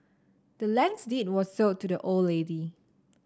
the land's deed was sold to the old lady